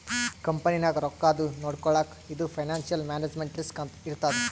ಕಂಪನಿನಾಗ್ ರೊಕ್ಕಾದು ನೊಡ್ಕೊಳಕ್ ಇದು ಫೈನಾನ್ಸಿಯಲ್ ಮ್ಯಾನೇಜ್ಮೆಂಟ್ ರಿಸ್ಕ್ ಇರ್ತದ್